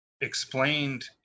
explained